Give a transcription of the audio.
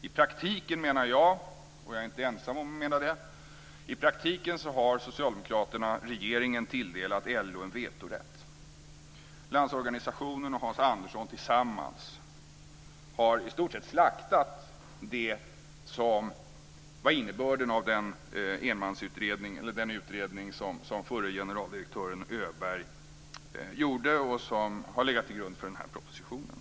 I praktiken menar jag, och jag är inte ensam om att mena det, att Socialdemokraterna och regeringen har tilldelat LO en vetorätt. Landsorganisationen och Hans Andersson har tillsammans i stort sett slaktat det som var innebörden av den utredning som förre generaldirektören Öberg gjorde och som har legat till grund för den här propositionen.